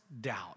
doubt